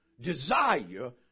desire